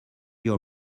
your